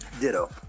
Ditto